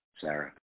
Sarah